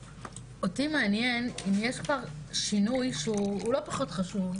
אותי מעניין אם יש כבר שינוי, שהוא לא פחות חשוב,